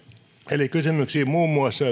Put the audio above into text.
eli muun muassa